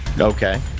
Okay